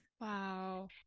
Wow